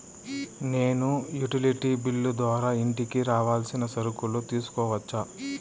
నేను utility bill ద్వారా ఇంటికి కావాల్సిన సరుకులు తీసుకోవచ్చా?